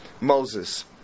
Moses